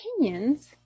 opinions